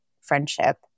friendship